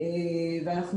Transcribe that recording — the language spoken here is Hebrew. ואנחנו